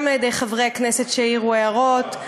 גם על-ידי חברי הכנסת שהעירו הערות,